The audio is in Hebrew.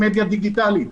במדיה דיגיטלית.